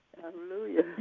Hallelujah